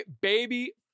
baby